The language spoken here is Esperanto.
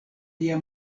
lia